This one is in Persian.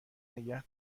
نگه